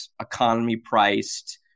economy-priced